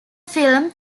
film